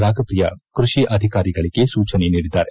ರಾಗಪ್ರಿಯಾ ಕೃಷಿ ಅಧಿಕಾರಿಗಳಿಗೆ ಸೂಚನೆ ನೀಡಿದ್ದಾರೆ